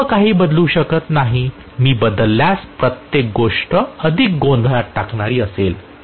मी सर्व काही बदलत नाही मी बदलल्यास प्रत्येक गोष्ट अधिक गोंधळात टाकणारी असेल